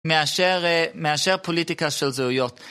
מאשר פוליטיקה של זהויות.